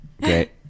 Great